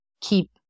keep